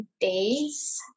days